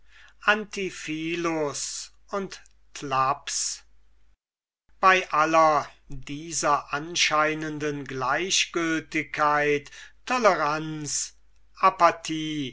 antiphilus und thlaps bei aller dieser anscheinenden gleichgültigkeit toleranz apathie